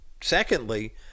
secondly